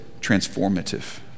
transformative